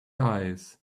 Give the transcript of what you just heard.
eyes